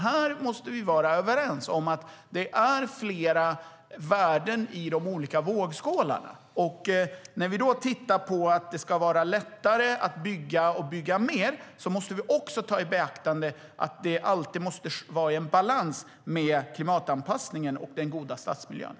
Här måste vi vara överens om att det är flera värden i de olika vågskålarna.